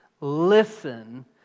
listen